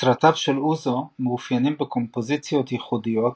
סרטיו של אוזו מאופיינים בקומפוזיציות ייחודיות,